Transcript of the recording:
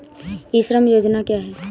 ई श्रम योजना क्या है?